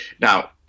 Now